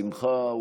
בשמחה,